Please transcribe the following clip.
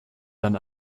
dann